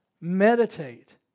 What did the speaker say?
meditate